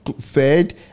fed